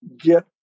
get